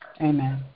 Amen